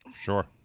Sure